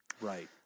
Right